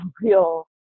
real